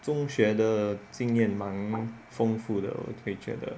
中学的经验蛮丰富的会觉得